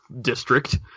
district